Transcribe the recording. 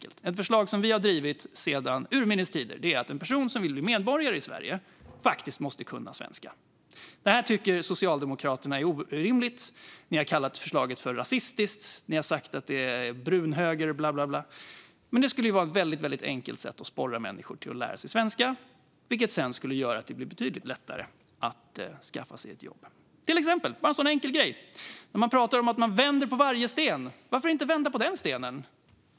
Ett förslag som vi har drivit sedan urminnes tider är att en person som vill bli medborgare i Sverige måste kunna svenska. Detta tycker Socialdemokraterna är orimligt, och ni har kallat förslaget rasistiskt och kallat oss brunhöger med mera. Det skulle dock vara ett väldigt enkelt sätt att sporra människor att lära sig svenska, vilket sedan skulle göra det betydligt lättare att skaffa ett jobb. Ni pratar om att vända på varje sten, varför inte vända på den stenen?